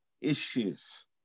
issues